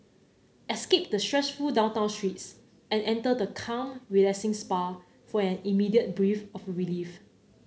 escape the stressful downtown streets and enter the calm relaxing spa for an immediate breath of relief